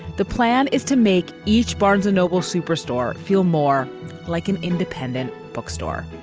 the plan is to make each barnes a noble superstore feel more like an independent bookstore